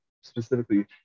specifically